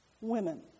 women